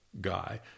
guy